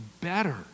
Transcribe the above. better